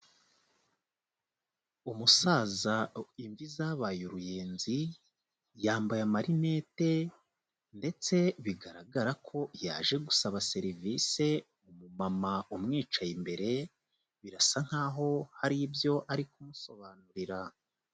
Umusaza imvi zabaye uruyenzi, yambaye amarinete ndetse bigaragara ko yaje gusaba serivise, umumama umwicaye imbere birasa nk'aho hari ibyo ari kumusobanurira.